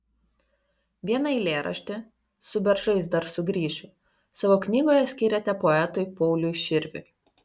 vieną eilėraštį su beržais dar sugrįšiu savo knygoje skyrėte poetui pauliui širviui